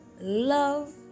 Love